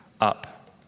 up